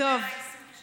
על תחומי העיסוק שלך.